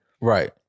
Right